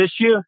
issue